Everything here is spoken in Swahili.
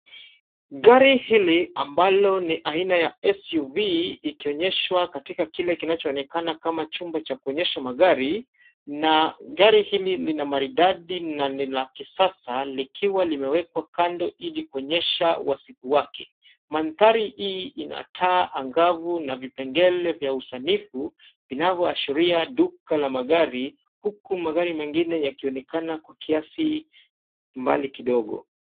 Gari hili ambalo ni aina ya SUV ikionyeshwa katika kile kinachoonekana kama chumba cha kuonyesha magari na gari hili lina maridadi na ni la kisasa likiwa limewekwa kando ili kuonyesha wasifu wake. Mandhari hii ina taa angavu na vipengele vya usanifu vinavyoashiria duka la magari huku magari mengine yakionekana kwa kiasi mbali kidogo.